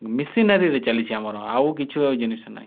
ମିସିନାରୀରେ ଚାଲିଛି ଆମର ଆଉ କିଛି ଜିନିଷ ନାହିଁ